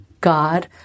God